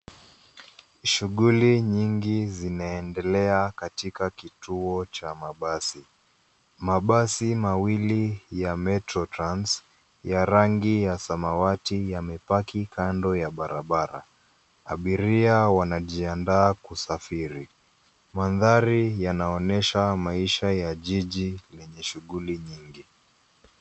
Shughuli nyingi zinaendelea katika kituo cha mabasi. Mabasi mawili ya metro trans ya rangi ya samawati yamepaki kando ya barabara. Abiria wanajiandaa kusafiri. Mandhari yanaonyesha maisha ya jiji lenye shughuli nyingi.